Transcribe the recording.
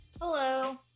Hello